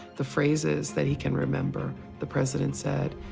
the phrases that he can remember the president said,